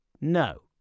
no